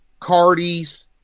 Cardis